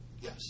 Yes